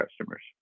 customers